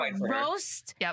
roast